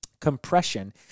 Compression